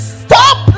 stop